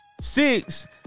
Six